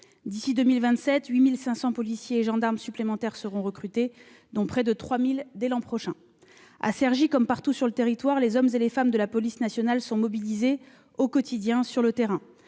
D'ici à 2027, quelque 8 500 policiers et gendarmes supplémentaires seront recrutés, dont près de 3 000 dès l'an prochain. À Cergy, comme partout sur le territoire, les hommes et les femmes de la police nationale sont mobilisés au quotidien sur le terrain.